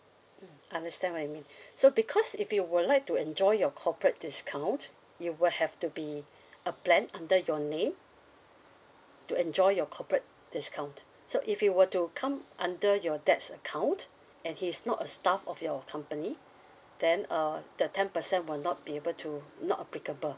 mm understand what you mean so because if you would like to enjoy your corporate discount you will have to be a plan under your name to enjoy your corporate discount so if you were to come under your dad's account and he is not a staff of your company then uh the ten percent will not be able to not applicable